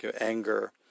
anger